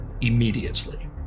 immediately